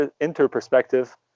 inter-perspective